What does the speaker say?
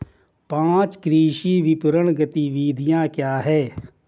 पाँच कृषि विपणन गतिविधियाँ क्या हैं?